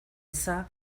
eza